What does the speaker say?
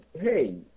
hey